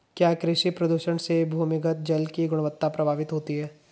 क्या कृषि प्रदूषण से भूमिगत जल की गुणवत्ता प्रभावित होती है?